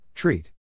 Treat